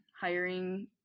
hiring